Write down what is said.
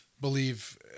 believe